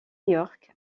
york